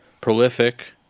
prolific